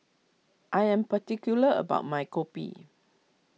I am particular about my Kopi